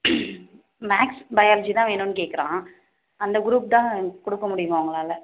maths biology தான் வேணும் கேட்கறான் அந்த க்ரூப் தான் கொடுக்க முடியுமா உங்களால்